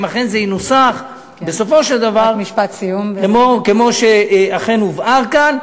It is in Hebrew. אם אכן הוא ינוסח בסופו של דבר כמו שאכן הובהר כאן.